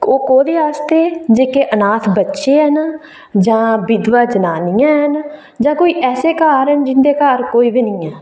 ओह् कोह्दे आस्तै जेह्के अनाथ बच्चे न जां विधवा जनानियां न जां कोई ऐेसे घर न जिं'दे घर कोई बी नेईं ऐ